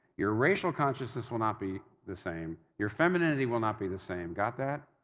your racial consciousness will not be the same, your femininity will not be the same. got that?